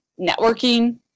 networking